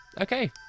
Okay